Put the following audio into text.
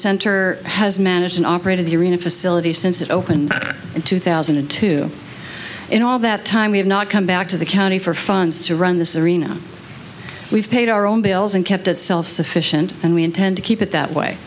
center has managed and operated the arena facilities since it opened in two thousand and two in all that time we have not come back to the county for funds to run this arena we've paid our own bills and kept it self sufficient and we intend to keep it that way